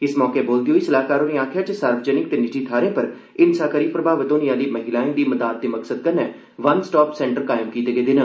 इस मौके बोलदे होई सलाहकार होरे आखेआ जे सार्वजनिक ते निजी थाहरे पर हिंसा करी प्रभावित होने आहली महिलाएं दी मदाद दे मकसद कन्नै वन स्टाप सेंटर कायम कीते गेदे न